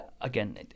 Again